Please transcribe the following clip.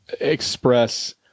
express